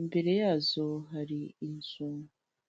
imbere yazo hari inzu.